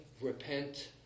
repent